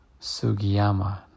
Sugiyama